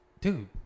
Dude